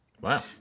Wow